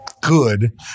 good